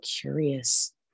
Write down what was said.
curious